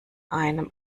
einem